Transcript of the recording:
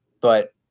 But-